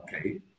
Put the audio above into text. Okay